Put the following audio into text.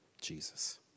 Jesus